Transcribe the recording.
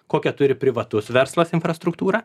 kokią turi privatus verslas infrastruktūrą